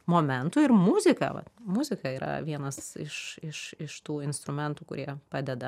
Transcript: momentų ir muzika va muzika yra vienas iš iš iš tų instrumentų kurie padeda